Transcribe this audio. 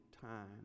time